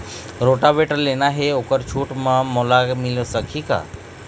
Rotavator लेना हे ओहर छूट म मोला मिल सकही का?